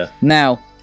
Now